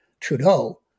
Trudeau